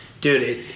Dude